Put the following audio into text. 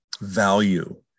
value